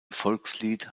volkslied